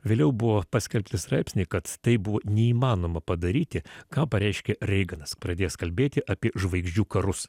vėliau buvo paskelbti straipsniai kad tai buvo neįmanoma padaryti ką pareiškė reiganas pradės kalbėti apie žvaigždžių karus